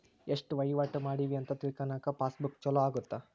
ಎಸ್ಟ ವಹಿವಾಟ ಮಾಡಿವಿ ಅಂತ ತಿಳ್ಕನಾಕ ಪಾಸ್ ಬುಕ್ ಚೊಲೊ ಅಗುತ್ತ